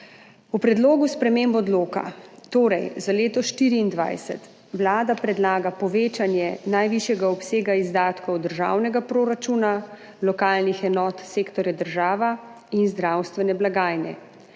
V predlogu sprememb odloka torej za leto 2024 Vlada predlaga povečanje najvišjega obsega izdatkov državnega proračuna, lokalnih enot sektorja država in zdravstvene blagajne.